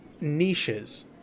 niches